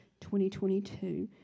2022